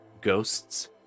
ghosts